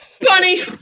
Bunny